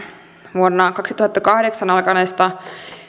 vuonna kaksituhattakahdeksan alkaneesta